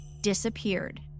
disappeared